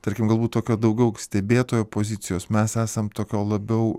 tarkim galbūt tokio daugiau stebėtojo pozicijos mes esam tokio labiau